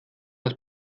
das